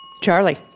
Charlie